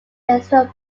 extra